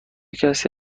کسی